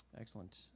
excellent